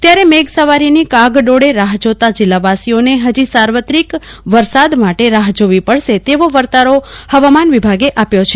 ત્યારે મેઘસવારીની કાગ ડોળે રાહ જોતા જિલ્લા નિવાસીઓને હજી સાવત્રિક વરસાદ માટે રાહ જોવી પડશે તવો વર્તારો હવામા ન વિભાગે આપ્યો છ